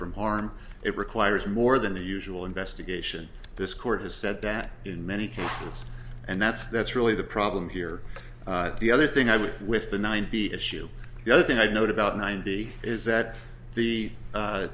from harm it requires more than the usual investigation this court has said that in many cases and that's that's really the problem here the other thing i would with the ninety issue the other thing i notice about ninety is that the